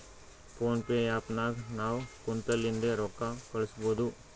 phone pay app ನಾಗ್ ನಾವ್ ಕುಂತಲ್ಲಿಂದೆ ರೊಕ್ಕಾ ಕಳುಸ್ಬೋದು